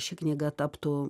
ši knyga taptų